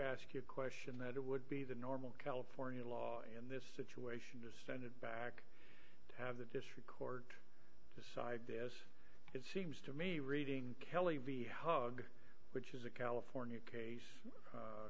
ask your question that it would be the normal california law in this situation to send it back to have the district court decide this it seems to me reading kelly vea hug which is a california case